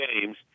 games